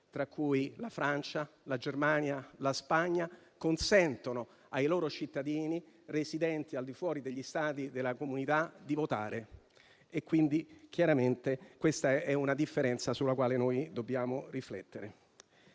tra cui la Francia, la Germania, la Spagna, consentono ai loro cittadini residenti al di fuori degli Stati dell'Unione di votare e questa è una differenza sulla quale dobbiamo riflettere.